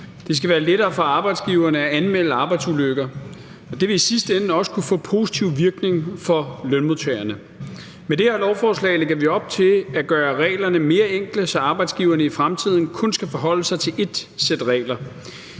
Det skal være lettere for arbejdsgiverne at anmelde arbejdsulykker, og det vil i sidste ende også kunne få positiv virkning for lønmodtagerne. Med det her lovforslag lægger vi op til at gøre reglerne mere enkle, så arbejdsgiverne i fremtiden kun skal forholde sig til ét sæt regler.